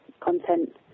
Content